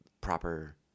proper